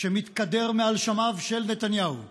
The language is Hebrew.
שמתקדר מעל שמיו של נתניהו.